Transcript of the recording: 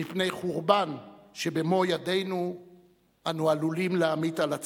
מפני חורבן שבמו ידינו אנו עלולים להמיט על עצמנו.